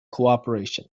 cooperation